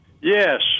Yes